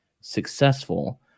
successful